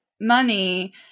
money